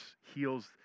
heals